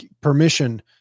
permission